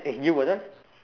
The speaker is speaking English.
eh you first ah